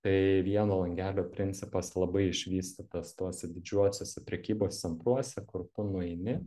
tai vieno langelio principas labai išvystytas tuose didžiuosiuose prekybos centruose kur nueini